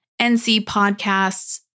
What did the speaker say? ncpodcasts